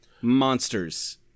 Monsters